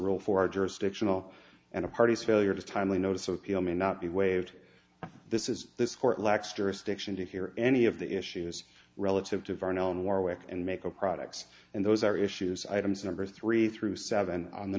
a jurisdictional and a party is failure to timely notice of appeal may not be waived this is this court lacks jurisdiction to hear any of the issues relative to vernon warwick and make a products and those are issues items number three through seven on the